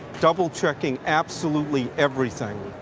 double-checking absolutely everything.